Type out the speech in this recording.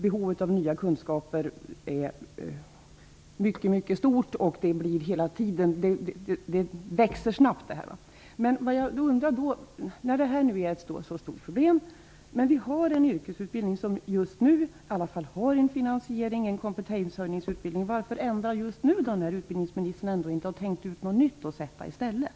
Behovet av nya kunskaper är mycket stort, och det växer snabbt. När nu detta är ett så stort problem och vi har en kompetenshöjande yrkesutbildning som just nu har en finansiering undrar jag varför vi skall ändra detta just nu. Utbildningsministern har ju inte tänkt ut något nytt att sätta i stället.